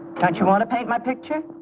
that you want to paint my picture.